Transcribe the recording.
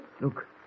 Look